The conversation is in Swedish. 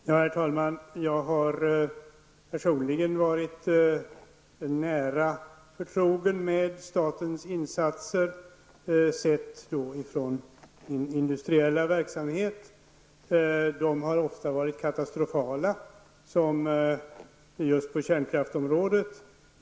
Herr talman! Jag har personligen i min industriella verksamhet varit nära förtrogen med statens insatser. De har ofta varit katastrofala, som just för kärnkraftsområdet.